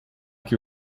que